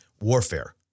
warfare